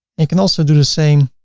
and can also do the same